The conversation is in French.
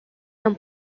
d’un